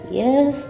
yes